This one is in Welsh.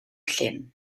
llyn